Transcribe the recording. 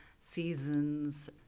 seasons